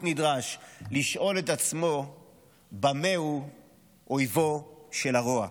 נדרש לשאול את עצמו במה הוא אויבו של הרוע,